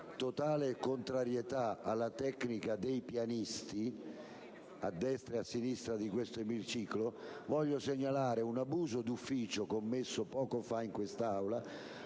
totale contrarietà alla tecnica dei "pianisti", tanto a destra quanto a sinistra di questo emiciclo, desidero segnalare un abuso d'ufficio commesso poco fa in quest'Aula